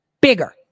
bigger